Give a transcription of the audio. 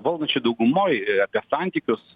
valdančioj daugumoj apie santykius